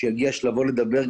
כאשר יגיע שלבו לדבר,